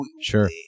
Sure